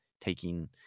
taking